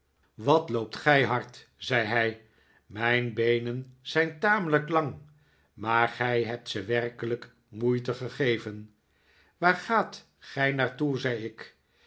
wat loopt gij hard zei hij mijn beenen zijn tamelijk lang maar gij hebt ze werkelijk moeite gegeven waar gaat gij naar toe zei ik